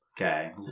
okay